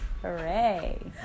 Hooray